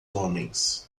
homens